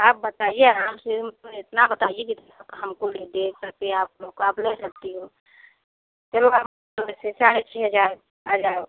आप बताइए आराम से इतना बताइए कि हम कोई दे सकते हैं आपको आप ले सकती हो चलो साढ़े छः हज़ार आ जाओ